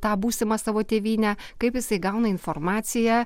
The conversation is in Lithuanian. tą būsimą savo tėvynę kaip jisai gauna informaciją